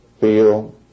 feel